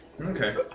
Okay